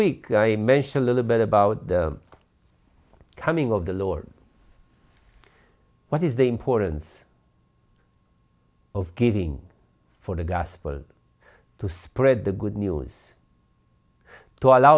mention a little bit about the coming of the lord what is the importance of giving for the gospel to spread the good news to allo